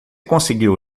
conseguiu